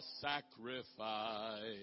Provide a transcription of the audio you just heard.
sacrifice